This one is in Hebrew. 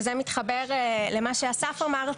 וזה מתחבר למה שאסף אמר,